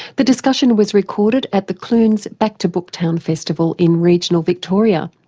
the discussion was recorded at the clunes back to booktown festival in regional victoria.